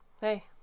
Hey